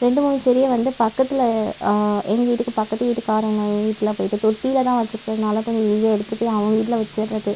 ரெண்டு மூணு செடியை வந்து பக்கத்தில் எங்கள் வீட்டுக்கு பக்கத்து வீட்டுகாரவங்கள் வீட்டில் போய்ட்டு தொட்டியில தான் வச்சிருக்கிறதனால கொஞ்சம் ஈசியாக எடுத்துட்டு போய் அவங்க வீட்டில் வச்சிடுறது